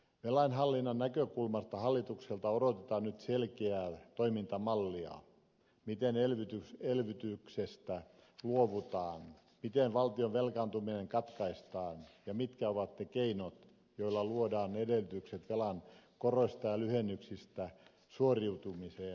velanhallinnan näkökulmasta hallitukselta odotetaan nyt selkeää toimintamallia miten elvytyksestä luovutaan miten valtion velkaantuminen katkaistaan ja mitkä ovat ne keinot joilla luodaan edellytykset velan koroista ja lyhennyksistä suoriutumiseen